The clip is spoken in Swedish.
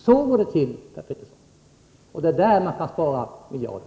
Så går det till, Per Petersson, och det är där man kan spara miljarder.